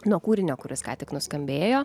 nuo kūrinio kuris ką tik nuskambėjo